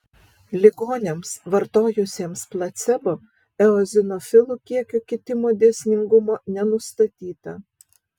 ligoniams vartojusiems placebo eozinofilų kiekio kitimo dėsningumo nenustatyta